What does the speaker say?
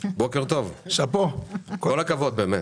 בוקר טוב, כל הכבוד באמת.